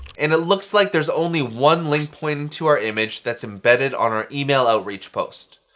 and it looks like there's only one link pointing to our image that's embedded on our email outreach post.